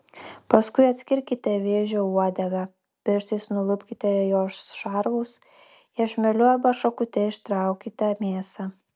paskui atskirkite vėžio uodegą pirštais nulupkite jos šarvus iešmeliu arba šakute ištraukite mėsą